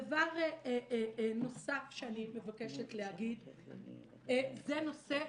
דבר נוסף שאני מבקשת להגיד זה נושא התקצוב.